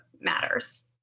matters